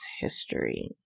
history